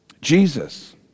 Jesus